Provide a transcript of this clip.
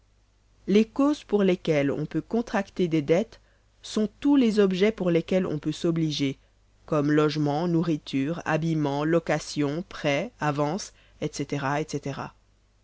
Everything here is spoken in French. les causes pour lesquelles on peut contracter des dettes sont tous les objets pour lesquels on peut s'obliger comme logement nourriture habillement location prêt avances etc etc